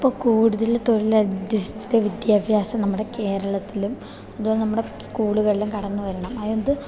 ഇപ്പം കൂടുതൽ തൊഴിലധിഷ്ഠിത വിദ്യാഭ്യാസം നമ്മുടെ കേരളത്തിലും അതുപോലെ നമ്മുടെ സ്കൂളുകളിലും കടന്ന് വരണം അത്